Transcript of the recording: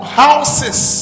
houses